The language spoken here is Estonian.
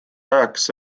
ajaks